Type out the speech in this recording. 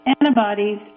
antibodies